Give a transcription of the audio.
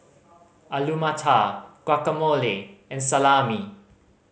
Alu Matar Guacamole and Salami